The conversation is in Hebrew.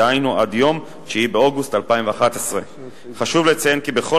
דהיינו עד יום 9 באוגוסט 2011. חשוב לציין כי בכל